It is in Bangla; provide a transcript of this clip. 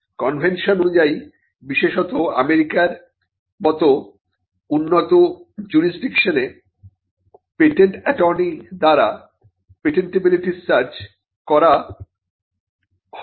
কনভেনশন অনুযায়ী বিশেষত আমেরিকার S এর মত উন্নত জুরিসডিকশনে পেটেন্ট অ্যাটর্নি দ্বারা পেটেন্টিবিলিটি সার্চ করা হয় না